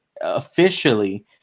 officially